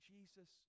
Jesus